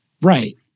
right